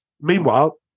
Meanwhile